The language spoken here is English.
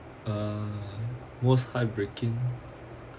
uh most heartbreaking